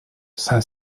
saint